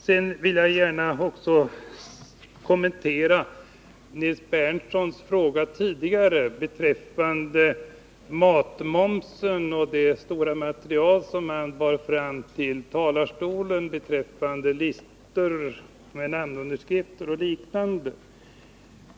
Sedan vill jag gärna också kommentera Nils Berndtsons fråga tidigare beträffande matmomsen och det stora material i form av listor med namnunderskrifter och liknande som han bar fram till talarstolen.